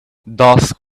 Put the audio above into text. dusk